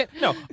No